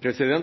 det